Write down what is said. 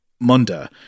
Munda